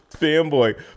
fanboy